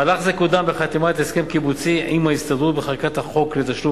מהלך זה קודם בחתימת הסכם קיבוצי עם ההסתדרות ובחקיקת החוק לתשלום